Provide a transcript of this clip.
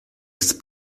ist